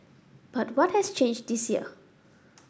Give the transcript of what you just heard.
but what has changed this year